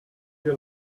you